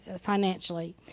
financially